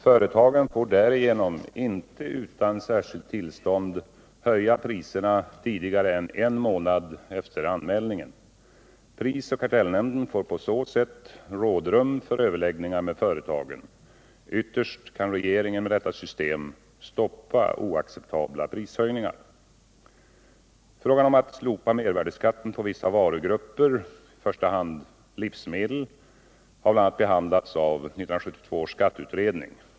Företagen får därigenom inte utan särskilt tillstånd höja priserna tidigare än en månad efter anmälningen. Prisoch kartellnämnden får på så sätt rådrum för överläggningar med företagen. Ytterst kan regeringen med detta system stoppa oacceptabla prishöjningar. Frågan om att slopa mervärdeskatten på vissa varugrupper, i första hand livsmedel, har bl.a. behandlats av 1972 års skatteutredning.